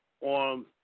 on